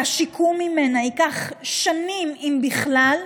שהשיקום ממנה ייקח שנים, אם בכלל,